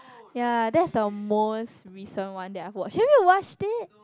ya that's the most recent one that I've watched have you watched it